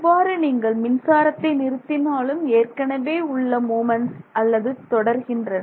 இப்போது நீங்கள் மின்சாரத்தை நிறுத்தினாலும் ஏற்கனவே உள்ள மூமென்ட்ஸ் அவ்வாறு தொடர்கின்றன